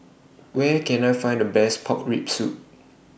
Where Can I Find The Best Pork Rib Soup